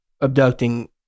abducting